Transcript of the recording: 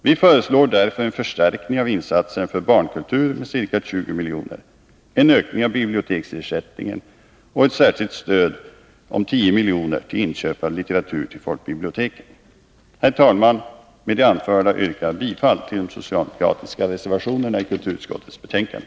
Vi föreslår därför en förstärkning av insatserna för barnkulturen med ca 20 miljoner, en ökning av biblioteksersättningen och ett särskilt stöd om 10 miljoner till inköp av litteratur till folkbiblioteken. Herr talman! Med det anförda yrkar jag bifall till de socialdemokratiska reservationerna vid kulturutskottets betänkande.